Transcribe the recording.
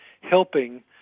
helping